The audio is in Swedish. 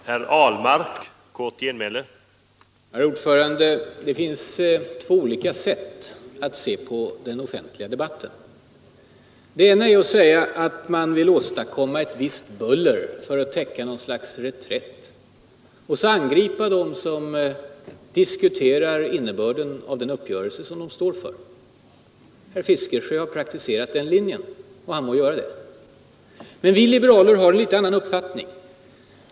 Herr talman! Det finns två olika sätt att se på offentlig debatt. Det ena är att säga att man vill åstadkomma ”ett visst buller” för att täcka något slags reträtt. Och så angriper man dem som diskuterar innebörden av den uppgörelse dessa står för. Herr Fiskesjö har praktiserat den linjen, och han må göra det. Vi liberaler har en annan uppfattning.